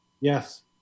Yes